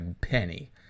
penny